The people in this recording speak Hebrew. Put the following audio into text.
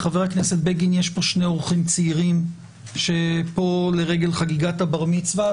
לחבר הכנסת בגין יש פה שני אורחים צעירים שהם פה לרגל חגיגת בר המצווה.